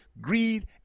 greed